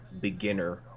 beginner